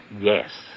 yes